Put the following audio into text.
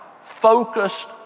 focused